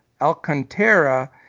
Alcantara